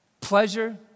Pleasure